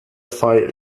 fall